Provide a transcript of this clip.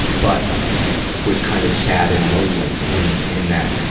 and but was kind of sad and lonely in in that.